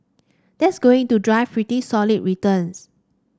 that's going to drive pretty solid returns